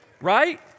Right